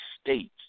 States